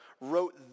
wrote